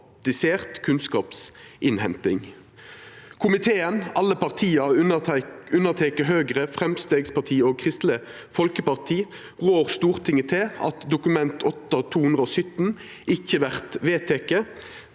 kunnskapsinnhenting. Komiteen, alle partia unnateke Høgre, Framstegspartiet og Kristeleg Folkeparti, rår Stortinget til at Dokument 8:217 ikkje vert vedteke.